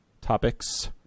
topics